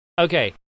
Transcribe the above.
okay